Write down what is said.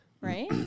Right